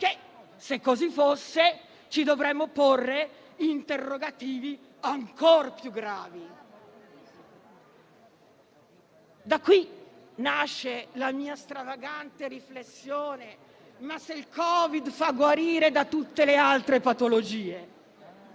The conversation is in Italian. Se così fosse, ci dovremmo porre interrogativi ancor più gravi. Da qui nasce la mia 'stravagante' riflessione "se il Covid faccia guarire da tutte le altre patologie":